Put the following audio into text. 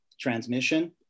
transmission